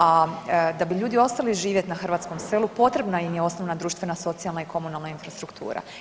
A da bi ljudi ostali živjeti na hrvatskom selu potrebna im je osnovna društvena, socijalna i komunalna infrastruktura.